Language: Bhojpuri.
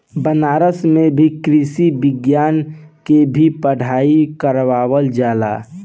बनारस में भी कृषि विज्ञान के भी पढ़ाई करावल जाला